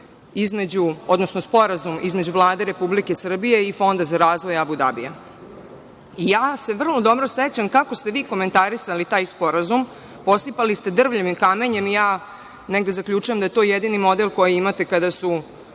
zakon, odnosno Sporazum između Vlade Republike Srbije i Fonda za razvoj Abu Dabija. Ja se vrlo dobro sećam kako ste vi komentarisali taj sporazum, posipali ste i drvljem i kamenjem. Zaključujem da je to jedini model koji imate kada su